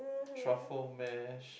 truffle mash